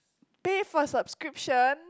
pay for subscription